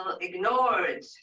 ignored